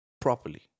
properly